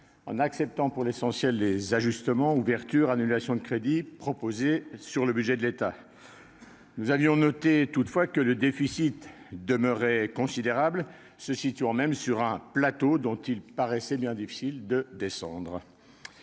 en acceptant pour l'essentiel les ajustements, ouvertures et annulations de crédits proposés sur le budget de l'État, tout en notant que le déficit demeurait considérable, celui-ci se situant sur un « plateau » dont il paraissait bien difficile de redescendre.